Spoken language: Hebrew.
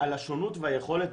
השונות והיכולת